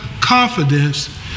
confidence